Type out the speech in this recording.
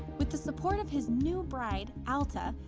with the support of his new bride alta,